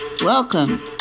Welcome